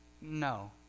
No